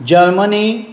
Germany